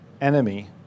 enemy